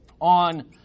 on